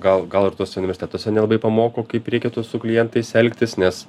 gal gal ir tuose universitetuose nelabai pamoko kaip reikėtų su klientais elgtis nes